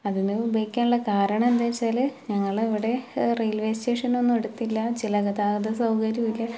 അതിനു ഉപയോഗിക്കാനുള്ള കാരണം എന്താന്ന് വെച്ചാൽ ഞങ്ങളുടെ ഇവിടെ റെയിൽവേ സ്റ്റേഷനൊന്നും അടുത്തില്ല ചില ഗതാഗത സൗകര്യമില്ല